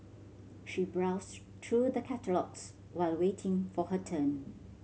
she browsed through the catalogues while waiting for her turn